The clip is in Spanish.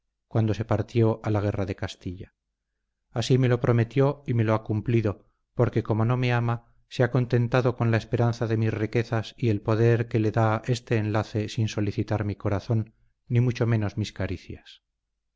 cuando se partió a la guerra de castilla así me lo prometió y me lo ha cumplido porque como no me ama se ha contentado con la esperanza de mis riquezas y el poder que le da este enlace sin solicitar mi corazón ni mucho menos mis caricias